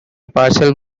parcel